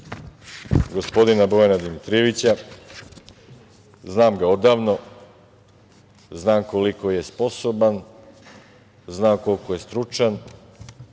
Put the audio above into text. gospodina Bojana Dimitrijevića, znam ga odavno, znam koliko je sposoban, znam koliko je stručan,